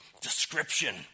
description